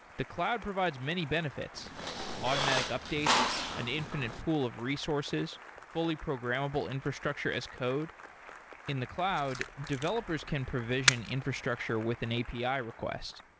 the cloud provides many benefits automatic updates, an infinite pool of resources, fully programmable infrastructure as code in the cloud, developers can provision infrastructure with an api request.